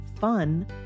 fun